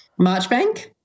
Marchbank